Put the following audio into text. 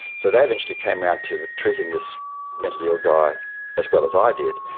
so they eventually came round to treating this mentally ill guy as well as i did.